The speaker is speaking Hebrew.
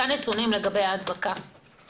תסביר למה אתה נמצא כאן עכשיו.